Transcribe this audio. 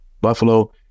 Buffalo